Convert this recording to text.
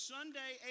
Sunday